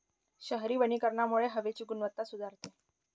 शहरी वनीकरणामुळे हवेची गुणवत्ता सुधारते